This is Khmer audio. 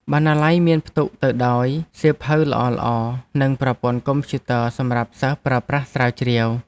បណ្ណាល័យមានផ្ទុកទៅដោយសៀវភៅល្អៗនិងប្រព័ន្ធកុំព្យូទ័រសម្រាប់សិស្សប្រើប្រាស់ស្រាវជ្រាវ។